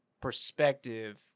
perspective